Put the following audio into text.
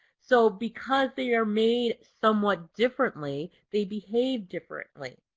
so because they are made somewhat differently, they behave differently.